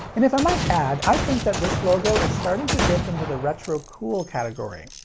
and if i might add i think that this logo is starting to dip into the retro-cool category.